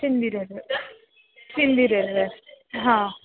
Sindi railway Sindi railway हां